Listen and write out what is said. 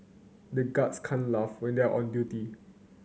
the guards can't laugh when they are on duty